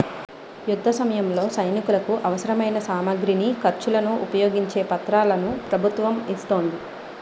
యుద్ధసమయంలో సైనికులకు అవసరమైన సామగ్రిని, ఖర్చులను ఉపయోగించే పత్రాలను ప్రభుత్వం ఇస్తోంది